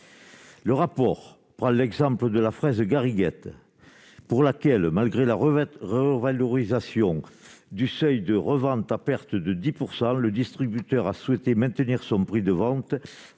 Le rapport prend l'exemple de la fraise gariguette, pour laquelle, malgré la revalorisation du seuil de revente à perte de 10 %, le distributeur a souhaité maintenir son prix de vente